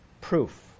Proof